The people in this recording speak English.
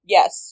Yes